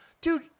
dude